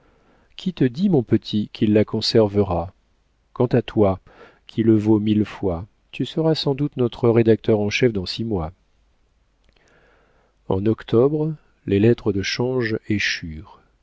qui te dit mon petit qu'il la conservera quant à toi qui le vaux mille fois tu seras sans doute notre rédacteur en chef dans six mois en octobre les lettres de change échurent